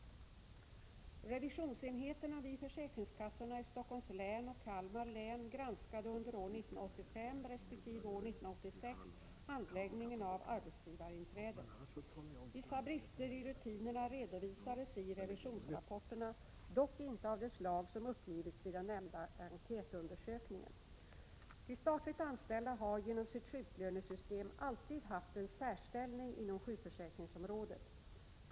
Revisionsenheterna vid försäkringskassorna i Stockholms län och Kalmar län granskade under år 1985 resp. år 1986 handläggningen av arbetsgivarinträdet. Vissa brister i rutinerna redovisades i revisionsrapporterna, dock inte av det slag som uppgivits i den nämnda enkätundersökningen. De statligt anställda har genom sitt sjuklönesystem alltid haft en särställning inom sjukförsäkringsområdet.